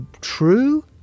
true